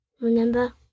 Remember